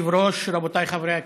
אדוני היושב-ראש, רבותיי חברי הכנסת,